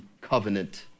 covenant